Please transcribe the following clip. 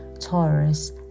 taurus